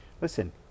Listen